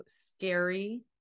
scary